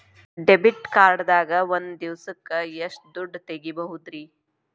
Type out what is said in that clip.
Debit card ದಾಗ ಒಂದ್ ದಿವಸಕ್ಕ ಎಷ್ಟು ದುಡ್ಡ ತೆಗಿಬಹುದ್ರಿ?